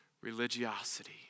religiosity